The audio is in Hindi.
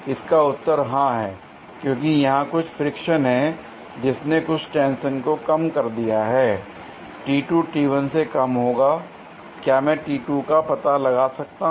इसका उत्तर हां है क्योंकि यहां कुछ फ्रिक्शन है जिसने कुछ टेंशन को कम कर दिया है l से कम होगा l क्या मैं का पता लगा सकता हूं